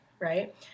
right